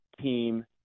team